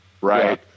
right